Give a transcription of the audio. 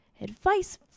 advice